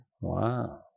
Wow